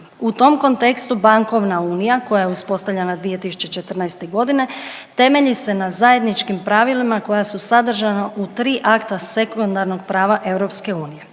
U tom kontekstu bankovna unija koja je uspostavljena 2014. godine, temelji se na zajedničkim pravilima koja su sadržana u 3 akta sekundarnog prava EU.